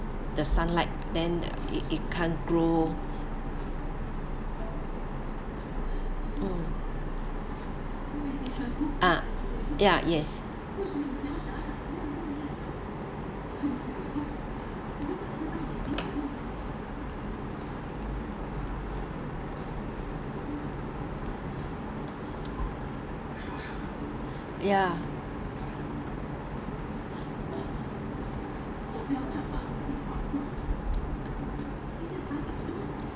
the sunlight then it can't grow mm ah yes ya